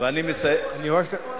ואני מסיים, אדוני